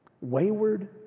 Wayward